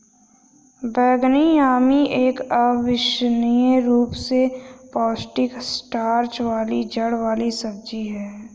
बैंगनी यामी एक अविश्वसनीय रूप से पौष्टिक स्टार्च वाली जड़ वाली सब्जी है